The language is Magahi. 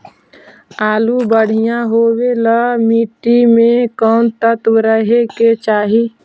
आलु बढ़िया होबे ल मट्टी में कोन तत्त्व रहे के चाही?